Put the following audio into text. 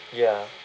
ya